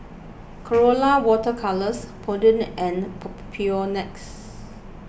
Colora Water Colours Polident and Papulex